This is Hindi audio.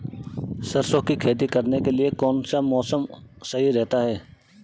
सरसों की खेती करने के लिए कौनसा मौसम सही रहता है?